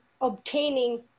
obtaining